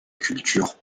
culture